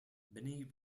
many